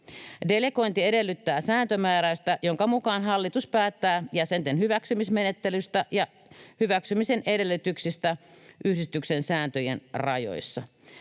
Delegointi edellyttää sääntömääräystä, jonka mukaan hallitus päättää jäsenten hyväksymismenettelystä ja hyväksymisen edellytyksistä yhdistyksen sääntöjen rajoissa.